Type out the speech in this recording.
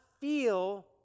feel